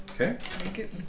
Okay